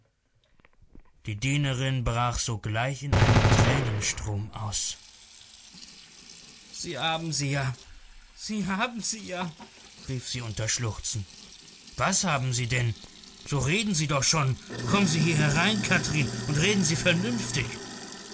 die dienerin brach sogleich in einen tränenstrom aus sie haben sie ja sie haben sie ja rief sie unter schluchzen was haben sie denn so reden sie doch schon kommen sie hier herein kathrin und reden sie vernünftig